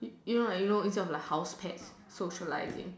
you know like you know instead of like house pet socializing